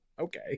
okay